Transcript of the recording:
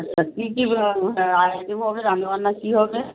আচ্ছা কী কীগুলো হ্যাঁ আইটেম হবে রান্নাবান্না কী হবে